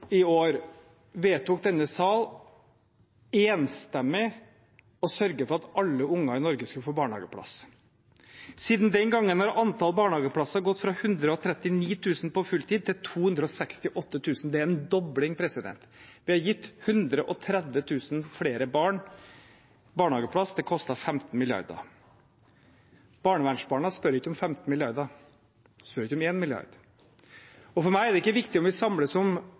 i år vedtok denne sal enstemmig å sørge for at alle unger i Norge skulle få barnehageplass. Siden den gangen har antall barnehageplasser gått fra 139 000 på fulltid til 268 000. Det er en dobling. Vi har gitt 130 000 flere barn barnehageplass. Det kostet 15 mrd. kr. Barnevernsbarna spør ikke om 15 mrd. kr. De spør ikke om 1 mrd. kr. For meg er det ikke viktig om vi